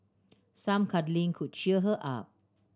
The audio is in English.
some cuddling could cheer her up